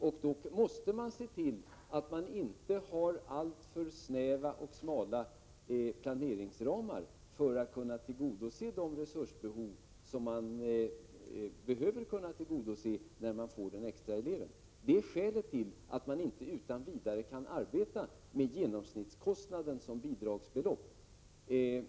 Man måste då också se till att man inte har alltför snäva planeringsramar för att kunna tillgodose de resursbehov som man behöver kunna tillgodose när man får den extra eleven. Det är skälet till att man inte utan vidare kan arbeta med genomsnittskostnaden som bidragsbelopp.